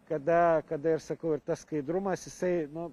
kada kada ir sakau ir tas skaidrumas jisai nu